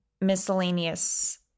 miscellaneous